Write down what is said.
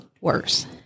worse